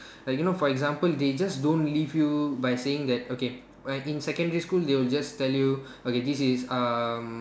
like you know for example they just don't leave you by saying that okay when in secondary school they will just tell you okay this is um